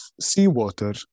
seawater